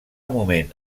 moment